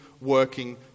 working